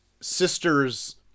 sister's